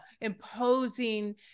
imposing